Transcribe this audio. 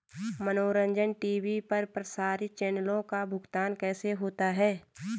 मनोरंजन टी.वी पर प्रसारित चैनलों का भुगतान कैसे होता है?